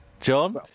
John